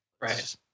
Right